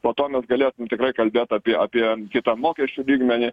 po to mes galėsim tikrai kalbėt apie apie kitą mokesčių lygmenį